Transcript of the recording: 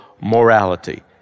morality